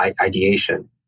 ideation